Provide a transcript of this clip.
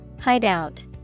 Hideout